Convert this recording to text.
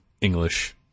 English